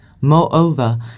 Moreover